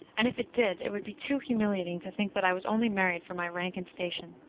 and if it did, it would be too humiliating to think that i was only married for my rank and station.